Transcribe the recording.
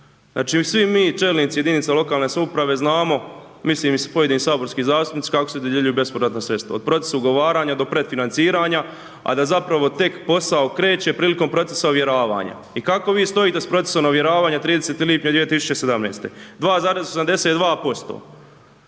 Znači, svi mi čelnici jedinica lokalne samouprave znamo, mislim i pojedini saborski zastupnici, kako se dodjeljuju bespovratna sredstva, od procesa ugovaranja do pred financiranja, a da zapravo tek posao kreće prilikom procesa ovjeravanja i kako vi stojite s procesom ovjeravanja 30. lipnja 2017., 2,82%.